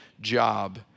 job